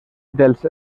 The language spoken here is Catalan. dels